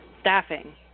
staffing